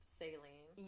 saline